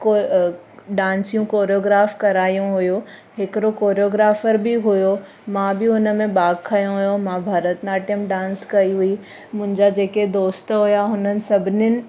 को डांसियूं कोरयोग्राफ करायूं हुयूं हिकिड़ो कोरयोग्राफर बि हुओ मां बि हुन में भाॻ खयो हुओ मां भरतनाट्यम डांस कई हुई मुंहिंजा जेके दोस्त हुआ हुननि सभनिनि